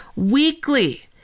Weekly